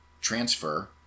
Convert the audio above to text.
transfer